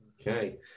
Okay